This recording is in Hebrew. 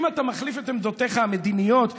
אם אתה מחליף את עמדותיך המדיניות,